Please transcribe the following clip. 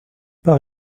par